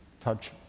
touch